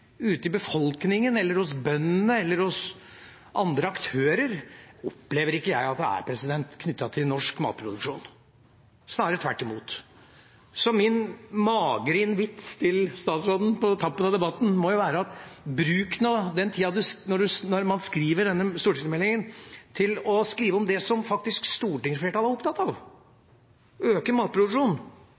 ute i befolkningen eller hos bøndene eller hos andre aktører opplever ikke jeg at det er knyttet til norsk matproduksjon – snarere tvert imot. Så min magre invitt til statsråden på tampen av debatten må jo være: Bruk nå den tiden når man skriver denne stortingsmeldingen, til å skrive om det som faktisk stortingsflertallet er opptatt av, nemlig å øke matproduksjonen